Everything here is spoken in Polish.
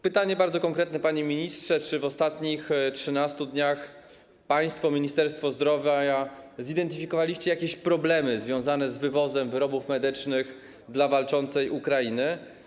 Pytanie bardzo konkretne, panie ministrze: Czy w ostatnich 13 dniach Ministerstwo Zdrowia zidentyfikowało jakieś problemy związane z wywozem wyrobów medycznych dla walczącej Ukrainy?